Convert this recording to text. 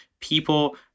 people